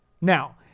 Now